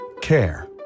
Care